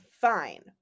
fine